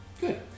Good